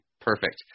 perfect